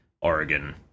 Oregon